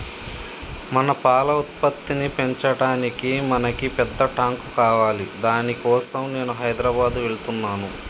మన పాల ఉత్పత్తిని పెంచటానికి మనకి పెద్ద టాంక్ కావాలి దాని కోసం నేను హైదరాబాద్ వెళ్తున్నాను